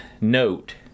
note